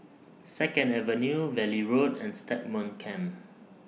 Second Avenue Valley Road and Stagmont Camp